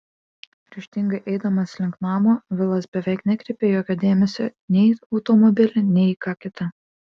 ryžtingai eidamas link namo vilas beveik nekreipia jokio dėmesio nei į automobilį nei į ką kita